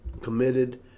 committed